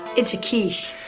it's a quiche.